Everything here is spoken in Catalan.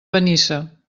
benissa